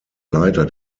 leiter